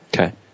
Okay